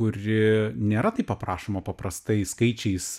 kuri nėra taip aprašoma paprastais skaičiais